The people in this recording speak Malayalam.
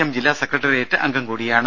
എം ജില്ലാ സെക്രട്ടറിയേറ്റ് അംഗം കൂടിയാണ്